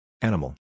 Animal